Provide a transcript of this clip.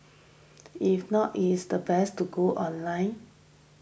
if not it is the best to go online